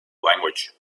language